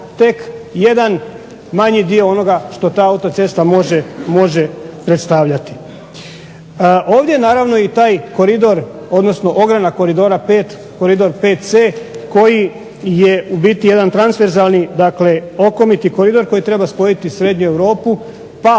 tek jedan manji dio onoga što ta autocesta može predstavljati. Ovdje naravno i taj koridor, odnosno ogranak koridora V, koridor VC koji je u biti jedan transverzalni, dakle okomiti koridor koji treba spojiti srednju Europu, pa